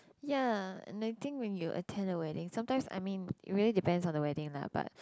ya and I think when you attend the wedding sometimes I mean it very depend on the wedding lah but